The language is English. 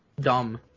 Dumb